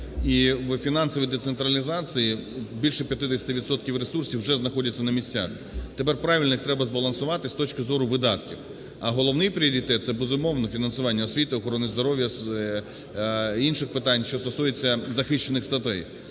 І у фінансовій децентралізації більше 50 відсотків ресурсів вже знаходяться на місцях. Тепер, правильно, їх треба збалансувати з точки зору видатків. А головний пріоритет – це, безумовно, фінансування освіти, охорони здоров'я, інших питань, що стосуються захищених статей.